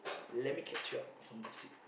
let me catch you up with some gossip